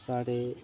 स्हाड़े